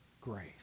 grace